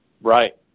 Right